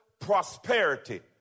prosperity